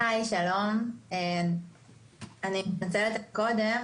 אני בעד להשאיר את זה חודש.